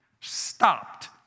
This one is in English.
stopped